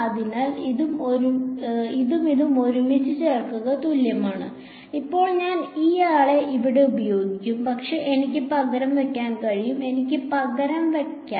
അതിനാൽ ഇതും ഇതും ഒരുമിച്ച് ചേർക്കുന്നത് തുല്യമാണ് ഇപ്പോൾ ഞാൻ ഈ ആളെ ഇവിടെ ഉപയോഗിക്കും പക്ഷേ എനിക്ക് പകരം വയ്ക്കാൻ കഴിയും എനിക്ക് പകരം വയ്ക്കാം